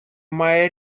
має